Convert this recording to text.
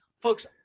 Folks